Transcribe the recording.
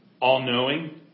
all-knowing